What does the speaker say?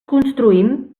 construïm